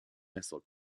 missile